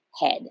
head